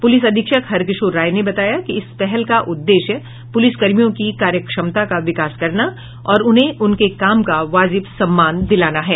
police अधीक्षक हरकिशोर राय ने बताया कि इस पहल का उद्देश्य पुलिसकर्मियों की कार्य क्षमता का विकास करना और उन्हें उनके काम का वाजिब सम्मान दिलाना है